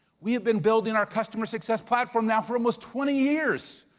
we've been building our customer success platform now for almost twenty years.